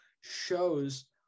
shows